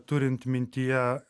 turint mintyje